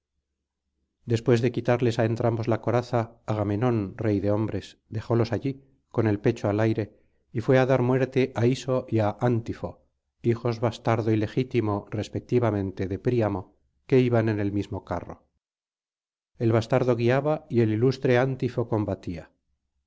después de quitarles á entrambos la coraza agamenón rey de hombres dejólos allí con el pecho al aire y fué á dar muerte á iso y á antifo hijos bastardo y legítimo respectivamente de príamo que iban en el mismo carro el bastardo guiaba y el ilustre antifo combatía